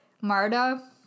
Marta